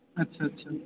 अच्छा अच्छा